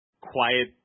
quiet